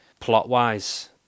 plot-wise